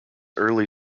early